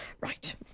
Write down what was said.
right